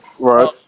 Right